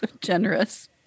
generous